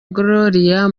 gloria